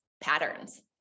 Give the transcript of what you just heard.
patterns